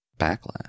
backlash